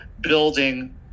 building